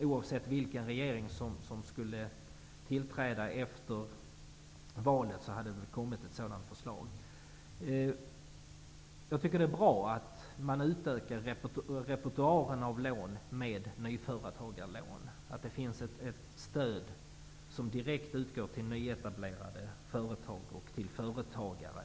Oavsett vilken regering som skulle tillträda efter valet, hade det kommit ett sådant förslag. Jag tycker att det är bra att man utökar repertoaren av lån med nyföretagarlån, att det finns ett stöd som direkt utgår till nyetablerade företag och till företagare.